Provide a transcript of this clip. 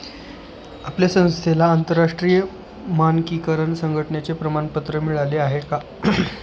आपल्या संस्थेला आंतरराष्ट्रीय मानकीकरण संघटने चे प्रमाणपत्र मिळाले आहे का?